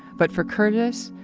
but for curtis,